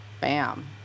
Bam